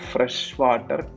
Freshwater